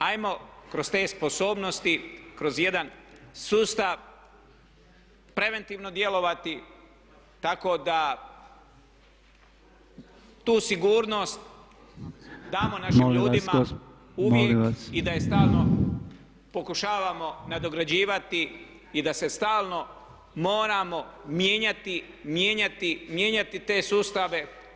Hajmo kroz te sposobnosti, kroz jedan sustav preventivno djelovati tako da tu sigurnost damo našim ljudima uvijek i da je stalno pokušavamo nadograđivati i da se stalno moramo mijenjati, mijenjati, mijenjati te sustave.